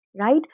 right